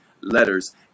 letters